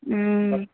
हूँ